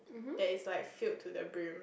that is like filled to the broom